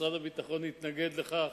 משרד הביטחון התנגד לכך.